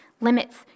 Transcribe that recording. limits